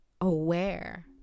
aware